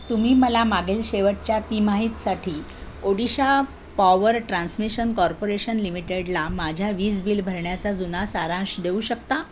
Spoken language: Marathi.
तुम्ही मला मागील शेवटच्या तिमाहीतसाठी ओडिशा पॉवर ट्रान्समिशन कॉर्पोरेशन लिमिटेडला माझ्या वीज बिल भरण्याचा जुना सारांश देऊ शकता